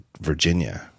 virginia